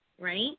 right